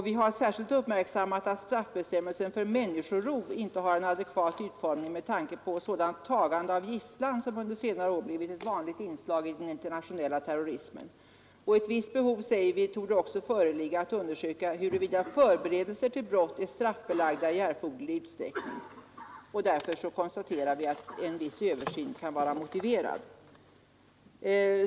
Vi har särskilt uppmärksammat att straffbestämmelsen för människorov inte har en adekvat utformning med tanke på sådant tagande av gisslan som under senare år blivit ett vanligt inslag i den internationella terrorismen. Ett visst behov, säger vi, torde också föreligga att undersöka huruvida förberedelser till brott är straffbelagda i erforderlig utsträckning. Därför konstaterar vi att en viss insyn kan vara motiverad.